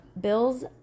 Bill's